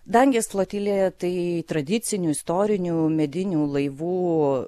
dangės flotilė tai tradicinių istorinių medinių laivų